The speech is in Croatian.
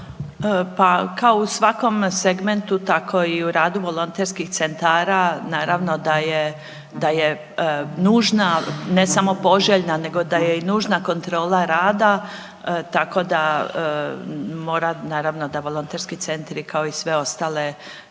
Pa kao i u svakom segmentu, tako i u radu volonterskih centara, naravno da je nužna, ne samo poželjna nego da je i nužna kontrola rada, tako da mora, naravno da volonterski centri, kao i sve ostale